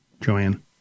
Joanne